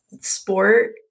sport